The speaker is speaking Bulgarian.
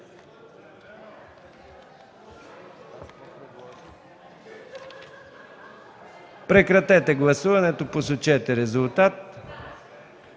Прекратете гласуването, посочете резултат.